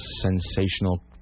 sensational